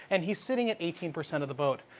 and he sitting at eighteen percent of the vote.